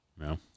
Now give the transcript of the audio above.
No